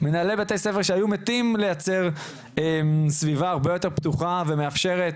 מנהלי בתי ספר שהיו מתים לייצר סביבה הרבה יותר פתוחה ומאפשרת,